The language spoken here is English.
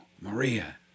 Maria